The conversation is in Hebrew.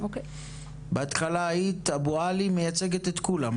בהתחלה היית אבועלי מייצגת את כולם.